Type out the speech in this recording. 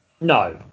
No